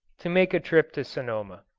to make a trip to sonoma.